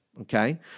okay